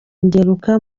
ngeruka